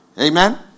Amen